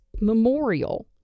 memorial